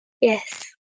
Yes